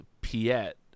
piet